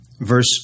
Verse